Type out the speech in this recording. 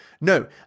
No